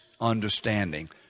understanding